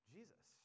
Jesus